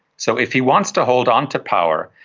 so if he wants to hold onto power,